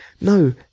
no